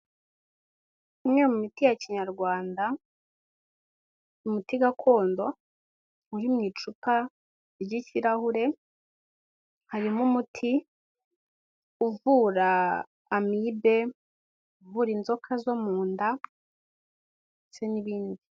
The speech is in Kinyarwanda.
Imwe mu miti ya kinyarwanda umuti gakondo uri mu icupa ry'ikirahure, harimo umuti uvura amibe, uvura inzoka zo mu nda ndetse n'ibindi.